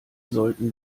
sollten